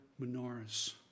menorahs